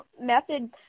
method